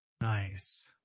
Nice